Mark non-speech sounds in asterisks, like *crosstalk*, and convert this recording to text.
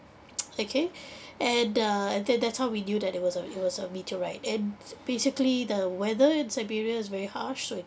*noise* okay *breath* and uh and then that's how we knew that it was a it was a meteorite and basically the weather in siberia is very harsh